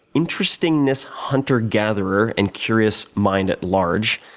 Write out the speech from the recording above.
interestingness hunter, gatherer, and curious mind at large.